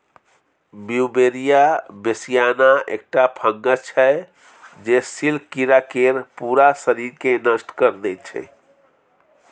Beauveria bassiana एकटा fungus छै जे सिल्क कीरा केर पुरा शरीरकेँ नष्ट कए दैत छै